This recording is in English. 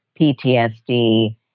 PTSD